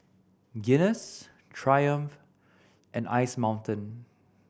Guinness Triumph and Ice Mountain